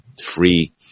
free